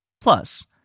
Plus